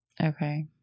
Okay